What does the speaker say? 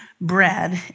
bread